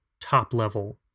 top-level